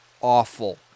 awful